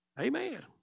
Amen